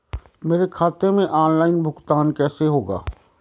मेरे खाते में ऑनलाइन भुगतान कैसे होगा?